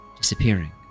disappearing